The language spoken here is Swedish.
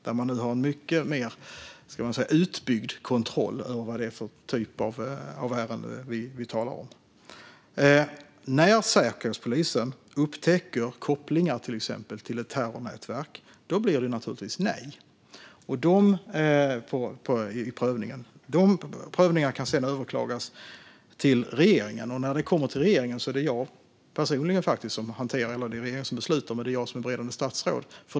Man har nu en mycket mer utbyggd kontroll över vad det är för typ av ärenden vi talar om. När Säkerhetspolisen upptäcker kopplingar till exempelvis ett terrornätverk blir det naturligtvis nej i prövningen. Prövningen kan sedan överklagas till regeringen. Det är regeringen som fattar beslut, men det är jag personligen som hanterar dessa ärenden som beredande statsråd.